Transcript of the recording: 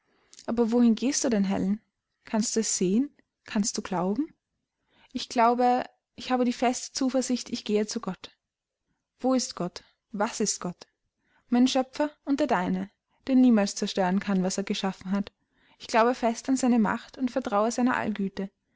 aber wohin gehst du denn helen kannst du es sehen kannst du glauben ich glaube ich habe die feste zuversicht ich gehe zu gott wo ist gott was ist gott mein schöpfer und der deine der niemals zerstören kann was er geschaffen hat ich glaube fest an seine macht und vertraue seiner allgüte